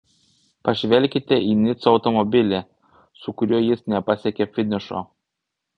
pažvelkite į nico automobilį su kuriuo jis nepasiekė finišo